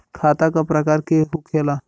खाता क प्रकार के खुलेला?